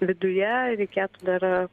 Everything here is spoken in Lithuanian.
viduje reikėtų dar